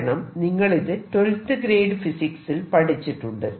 കാരണം നിങ്ങൾ ഇത് 12th ഗ്രേഡ് ഫിസിക്സിൽ പഠിച്ചിട്ടുണ്ട്